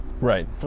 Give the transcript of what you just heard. Right